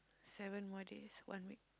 seven more days one week